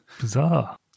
Bizarre